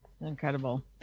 Incredible